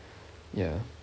ya